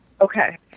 Okay